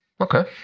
Okay